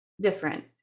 different